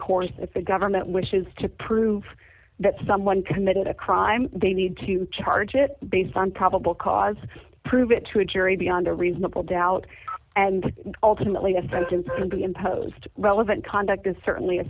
course if the government wishes to prove that someone committed a crime they need to charge it based on probable cause prove it to a jury beyond a reasonable doubt and ultimately a sentence can be imposed relevant conduct is certainly a